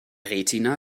retina